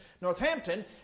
Northampton